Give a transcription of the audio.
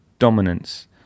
dominance